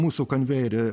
mūsų konvejerį